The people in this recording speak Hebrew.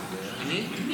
--- אני?